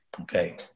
Okay